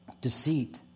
Deceit